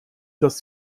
dass